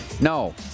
No